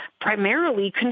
primarily